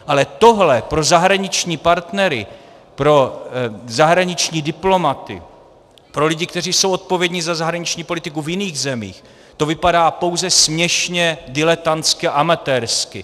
Ale tohle pro zahraniční partnery, pro zahraniční diplomaty, pro lidi, kteří jsou odpovědní za zahraniční politiku v jiných zemích, to vypadá pouze směšně, diletantsky a amatérsky.